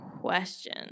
question